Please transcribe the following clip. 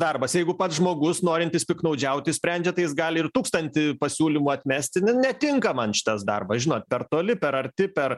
darbas jeigu pats žmogus norintis piktnaudžiauti sprendžia tai jis gali ir tūkstantį pasiūlymų atmesti nu netinka man šitas darbas žinot per toli per arti per